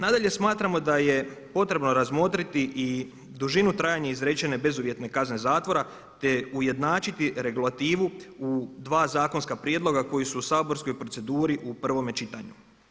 Nadalje smatramo da je potrebno razmotriti i dužinu trajanja izrečene bezuvjetne kazne zatvora, te ujednačiti regulativu u 2 zakonska prijedloga koji su u saborskoj proceduri u prvome čitanju.